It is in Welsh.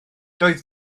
doedd